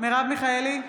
מרב מיכאלי,